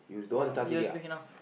my U_S_B enough